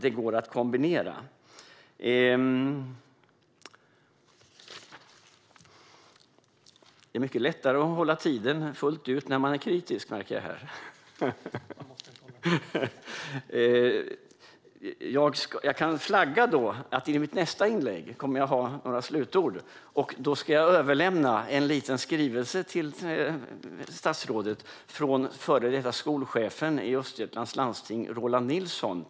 Det går alltså att kombinera. Jag kan flagga för att jag i mitt nästa inlägg i samband med mina slutord kommer att överlämna en liten skrivelse till statsrådet från före detta skolchefen i Östergötlands landsting tekn.mag. Roland Nilsson.